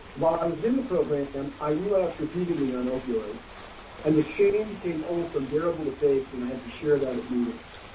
while i was in the program, and i relapsed repeatedly on opioids and the shame became almost unbearable to face when i had to share it out at meetings.